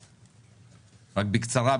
בקצרה,